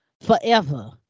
forever